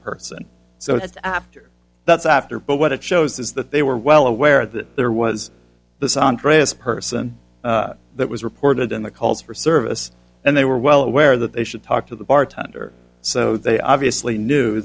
person so it's after that's after but what it shows is that they were well aware that there was this andreas person that was reported in the calls for service and they were well aware that they should talk to the bartender so they obviously knew